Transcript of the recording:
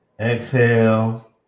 exhale